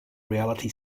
reality